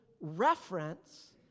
reference